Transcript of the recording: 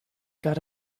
got